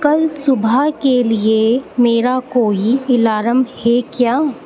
کل صبح کے لیے میرا کوئی الارم ہے کیا